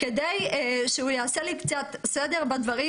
כדי שהוא יעשה לי קצת סדר בדברים,